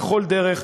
בכל דרך,